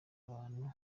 abantu